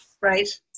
right